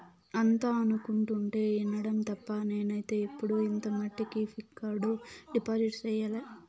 అంతా అనుకుంటుంటే ఇనడం తప్ప నేనైతే ఎప్పుడు ఇంత మట్టికి ఫిక్కడు డిపాజిట్ సెయ్యలే